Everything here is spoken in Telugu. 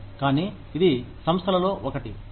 కానీ ఇది సంస్థలలో 1